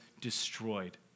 destroyed